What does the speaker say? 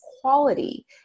quality